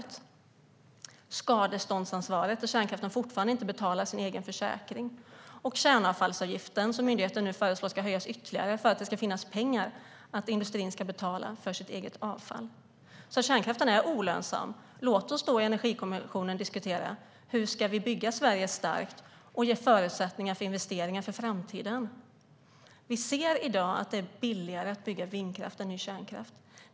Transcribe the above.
Det gäller även skadeståndsansvaret eftersom kärnkraften fortfarande inte betalar sin egen försäkring. Vidare är det kärnavfallsavgiften som myndigheten föreslår ska höjas ytterligare för att det ska finnas pengar så att industrin ska betala för sitt eget avfall. Kärnkraften är olönsam. Låt oss då i Energikommissionen diskutera hur vi ska bygga Sverige starkt och ge förutsättningar för investeringar för framtiden. Vi ser i dag att det är billigare att bygga vindkraft än ny kärnkraft.